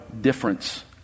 difference